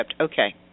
Okay